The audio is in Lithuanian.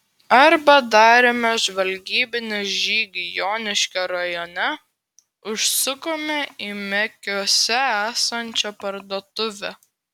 arba darėme žvalgybinį žygį joniškio rajone užsukome į mekiuose esančią parduotuvę